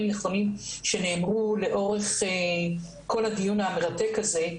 נכונים שנאמרו לאורך כל הדיון המרתק הזה.